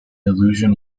illusion